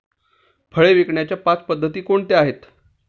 फळे विकण्याच्या पाच पद्धती कोणत्या आहेत?